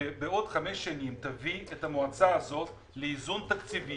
שבעוד 5 שנים תביא את המועצה הזאת לאיזון תקציבי